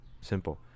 Simple